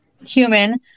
human